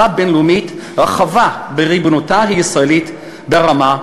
בין-לאומית רחבה בריבונות הישראלית ברמה,